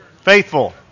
Faithful